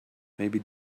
maybe